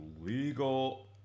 illegal